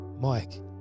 Mike